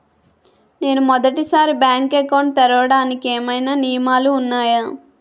నేను మొదటి సారి బ్యాంక్ అకౌంట్ తెరవడానికి ఏమైనా నియమాలు వున్నాయా?